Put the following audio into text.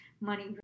money